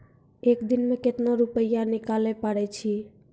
एक दिन मे केतना रुपैया निकाले पारै छी?